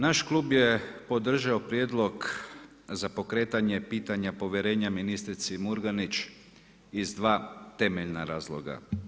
Naš klub je podržao prijedlog za pokretanje pitanja povjerenja ministrici Murganić iz dva temeljna razloga.